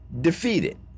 defeated